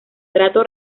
trato